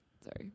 sorry